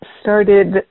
started